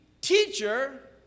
teacher